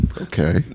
Okay